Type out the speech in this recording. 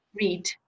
read